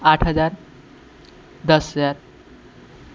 आठ हजार दस हजार